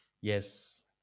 yes